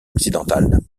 occidentale